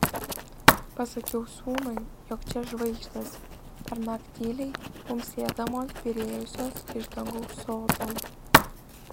pasakiau sūnui jog čia žvaigždės pernakt tyliai bumbsėdamos byrėjusios iš dangaus sodų